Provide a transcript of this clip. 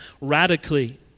radically